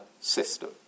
system